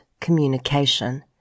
communication